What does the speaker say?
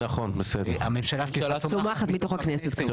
הממשלה סליחה צומחת מתוך הכנסת,